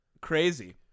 Crazy